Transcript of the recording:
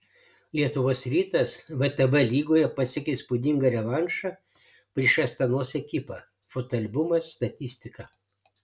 lietuvos rytas vtb lygoje pasiekė įspūdingą revanšą prieš astanos ekipą fotoalbumas statistika